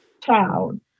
town